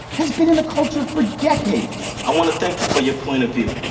has been in the culture for decades i want to thank you for your point of view.